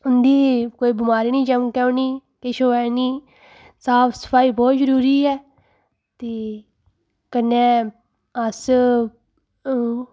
उं'दी कोई बमारी नि चमकै उ'नेंगी किश होऐ नि साफ सफाई बहुत जरूरी ऐ ते कन्नै अस